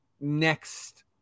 next